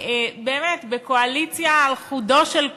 באמת, הקואליציה על חודו של קול,